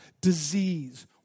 disease